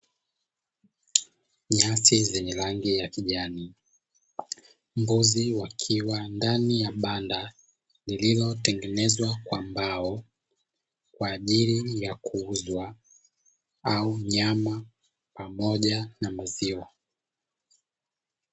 Nyasi zenye rangi ya kijani, mbuzi wakiwa ndani ya banda lililotengenezwa kwa mbao kwa ajili ya kuuzwa au nyama pamoja na maziwa.